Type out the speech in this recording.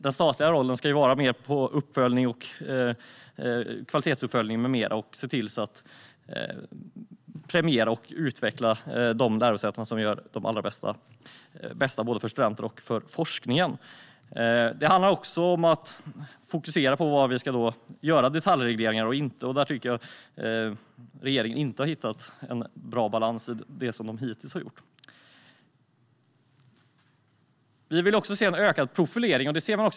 Den statliga rollen ska vara mer av uppföljning, kvalitetsuppföljning med mera, och att se till att premiera och utveckla de lärosäten som gör det allra bästa både för studenter och för forskningen. Det handlar också om att fokusera på var vi ska göra detaljregleringar och inte. Där tycker jag att regeringen inte har hittat en bra balans i det som den hittills har gjort. Vi vill också se en ökad profilering.